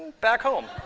back home.